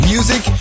Music